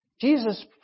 Jesus